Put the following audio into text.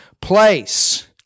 place